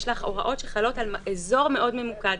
הוראות שחלות על אזור מאוד ממוקד,